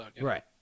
Right